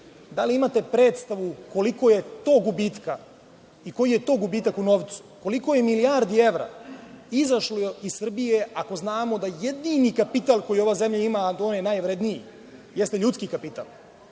da li imate predstavu koliko je to gubitka i koji je to gubitak u novcu? Koliko je milijardi evra izašlo iz Srbije, ako znamo da jedini kapital koji ova zemlja ima, a on je najvredniji, jeste ljudski kapital